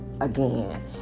again